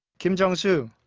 kim jung-soo,